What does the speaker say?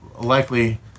likely